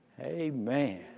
Amen